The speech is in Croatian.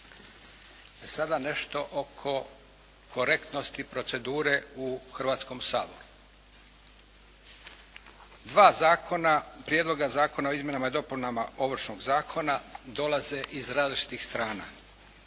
Sada nešto oko korektnosti procedure u Hrvatskom saboru. Dva zakona, Prijedloga zakona o izmjenama i dopunama Ovršnog zakona dolaze iz različitih strana.